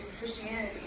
Christianity